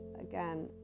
again